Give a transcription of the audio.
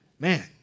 man